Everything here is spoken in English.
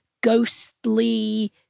ghostly